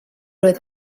oedd